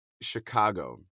Chicago